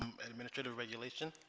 and administrative regulation